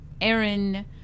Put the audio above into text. aaron